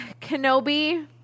Kenobi